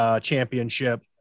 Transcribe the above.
championship